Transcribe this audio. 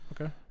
Okay